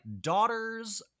daughters